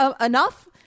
enough